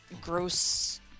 gross